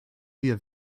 wir